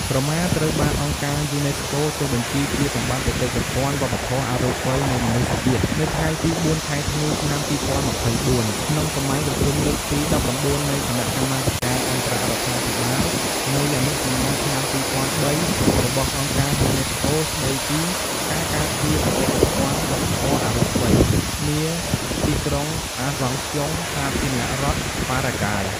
ក្រមា ត្រូវបានអង្គការយូណេស្កូ ចុះបញ្ជីជាសម្បត្តិបេតិកភណ្ឌវប្បធម៌អរូបីនៃមនុស្សជាតិ នៅថ្ងៃទី៤ ខែធ្នូ ឆ្នាំ២០២៤ ក្នុងសម័យប្រជុំលើកទី១៩ នៃគណៈកម្មាធិការអន្តររដ្ឋាភិបាលនៃអនុសញ្ញាឆ្នាំ២០០៣របស់អង្គការយូណេស្កូ ស្តីពី «ការការពារបេតិកភណ្ឌវប្បធម៌អរូបី» នាទីក្រុងអាសង់ស្យុង សាធារណរដ្ឋប៉ារ៉ាហ្គាយ។